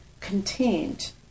contained